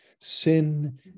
sin